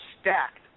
stacked